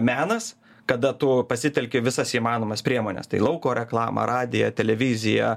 na menas kada tu pasitelki visas įmanomas priemones tai lauko reklamą radiją televiziją